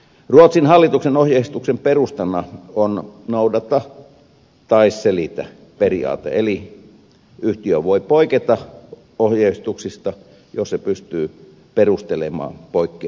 ruotsin hallituksen ohjeistuksen perustana on noudata tai selitä periaate eli yhtiö voi poiketa ohjeistuksista jos se pystyy perustelemaan poikkeamansa